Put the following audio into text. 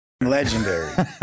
Legendary